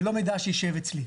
זה לא מידע שישב אצלי.